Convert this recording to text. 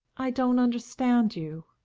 i don't understand you.